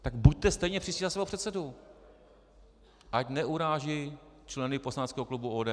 Tak buďte stejně přísní na svého předsedu, ať neuráží členy poslaneckého klubu ODS.